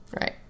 Right